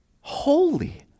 Holy